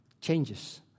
changes